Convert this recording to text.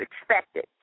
expected